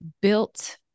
built